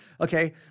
Okay